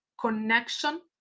connection